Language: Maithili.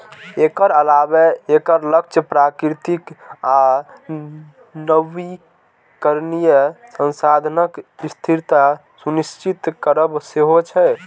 एकर अलावे एकर लक्ष्य प्राकृतिक आ नवीकरणीय संसाधनक स्थिरता सुनिश्चित करब सेहो छै